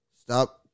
Stop